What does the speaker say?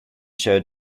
showed